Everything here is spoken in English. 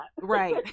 Right